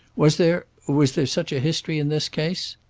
was there was there such a history in this case?